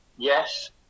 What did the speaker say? Yes